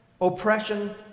oppression